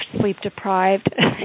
sleep-deprived